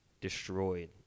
destroyed